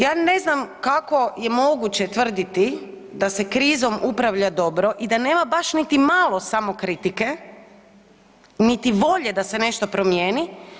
Ja ne znam kako je moguće tvrditi da se krizom upravlja dobro i da nema baš niti malo samokritike niti volje da se nešto promijeni.